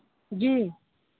जी